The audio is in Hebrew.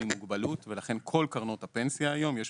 עם מוגבלות ולכן בכל קרנות הפנסיה היום יש